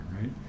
right